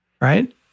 right